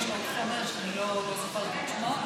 ויש עוד חומר שאני לא זוכרת את שמו,